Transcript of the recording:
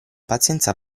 pazienza